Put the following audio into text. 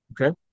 Okay